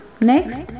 next